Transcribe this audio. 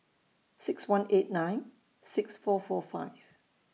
six one eight nine six four four five